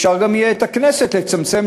יהיה אפשר גם את הכנסת לצמצם,